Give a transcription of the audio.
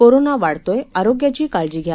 corona वाढतोय आरोग्याची काळजी घ्या